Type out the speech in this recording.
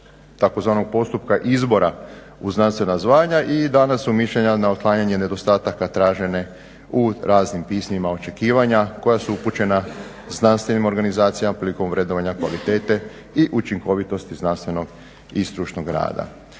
tzv. postupka izbora u znanstvena zvanja i dana su mišljenja na otklanjanje nedostataka tražene u raznim pismima očekivanja koja su upućena znanstvenim organizacijama prilikom vrednovanja kvalitete i učinkovitosti znanstvenog i stručnog rada.